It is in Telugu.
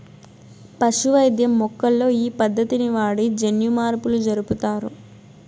పశు వైద్యం మొక్కల్లో ఈ పద్దతిని వాడి జన్యుమార్పులు జరుపుతారు